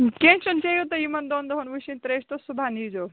کیٚنٛہہ چھُنہٕ چیٚیِو تُہۍ یِمَن دۄن دۄہَن وُشِنۍ ترٛیش تہٕ صُبحن ییٖزیو